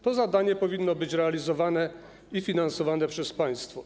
To zadanie powinno być realizowane i finansowane przez państwo.